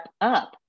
up